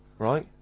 right?